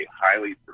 highly